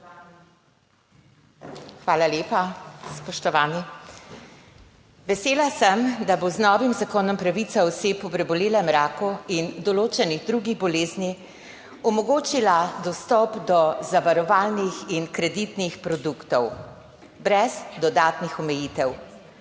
Hvala lepa. Spoštovani! Vesela sem, da bo z novim zakonom pravica oseb ob prebolelem raku in določenih drugih bolezni omogočila dostop do zavarovalnih in kreditnih produktov brez dodatnih omejitev.